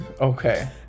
Okay